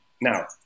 Now